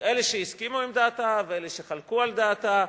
אלה שהסכימו עם דעתה ואלה שחלקו על דעתה,